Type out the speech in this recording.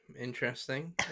Interesting